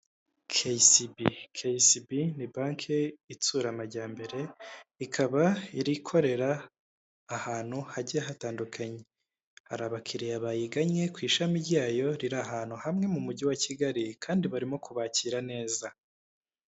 KCB, KCB ni banki itsura amajyambere, ikaba ikorera ahantu hagiye hatandukanye. Hari abakiriya bayiganye ku ishami ryayo riri ahantu hamwe mu mujyi wa Kigali kandi barimo kubakira neza.